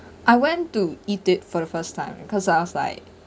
I went to eat it for the first time cause I was like